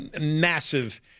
massive